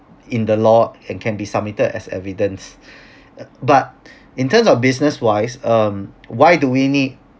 in the law and can be submitted as evidence but in terms of business wise um why do we need